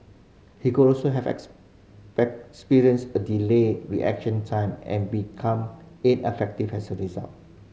he could also have a delayed reaction time and become ineffective as a result